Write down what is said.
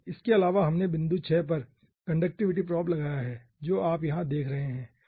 इसके अलावा हमने बिंदु 6 पर कंडक्टिविटी प्रोब लगाया है जो आप यहां देख रहे हैं